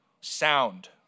sound